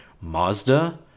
Mazda